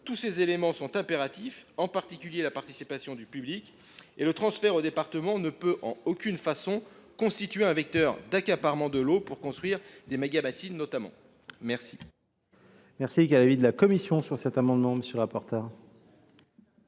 Tous ces éléments sont impératifs, en particulier la participation du public, et le transfert au département ne peut en aucune façon constituer un vecteur d’accaparement de l’eau pour construire des mégabassines, notamment. Quel